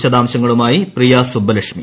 വിശദാംശങ്ങളുമായി പ്രിയ സുബ്ബലക്ഷ്മി